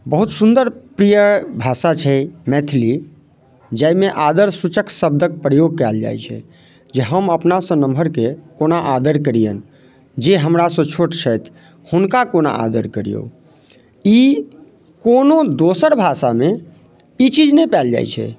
बहुत सुन्दर प्रिय भाषा छै मैथिली जाहिमे आदर सूचक शब्दक प्रयोग कयल जाइत छै जे हम अपनासँ नमहरकेँ कोना आदर करियनि जे हमरासँ छोट छथि हुनका कोना आदर करियौ ई कोनो दोसर भाषामे ई चीज नहि पायल जाइत छै